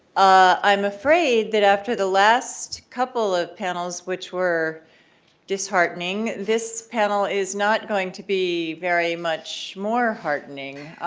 i'm afraid that after the last couple of panels, which were disheartening, this panel is not going to be very much more heartening.